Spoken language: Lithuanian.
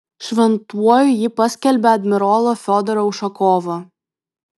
šventuoju ji paskelbė admirolą fiodorą ušakovą